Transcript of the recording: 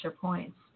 points